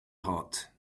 hot